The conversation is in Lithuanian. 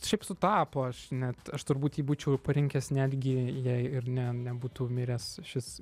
šiaip sutapo aš net aš turbūt jį būčiau parinkęs netgi jei ir ne nebūtų miręs šis